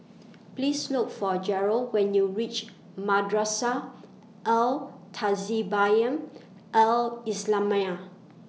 Please Look For Garold when YOU REACH Madrasah Al Tahzibiah Al Islamiah